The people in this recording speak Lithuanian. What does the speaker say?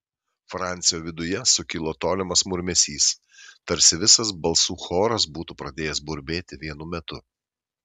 francio viduje sukilo tolimas murmesys tarsi visas balsų choras būtų pradėjęs burbėti vienu metu